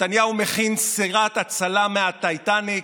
נתניהו מכין סירת הצלה מהטיטניק,